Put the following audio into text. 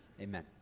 Amen